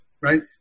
Right